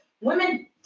women